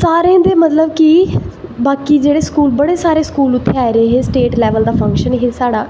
सारें दे मतलव कि बाकी जेह्ड़े स्कूल बड़े सारे स्कूल उत्थें आ दे हे स्टेट लैवल दा फंक्शन हा साढ़ा